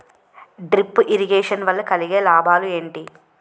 Drip irrigation వల్ల కలిగే లాభాలు ఏంటి?